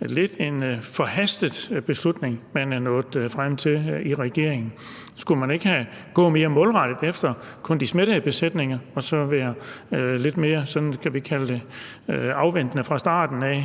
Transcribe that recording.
lidt forhastet beslutning, man er nået frem til i regeringen? Skulle man ikke have gået mere målrettet efter kun de smittede besætninger og så været lidt mere sådan afventende fra starten af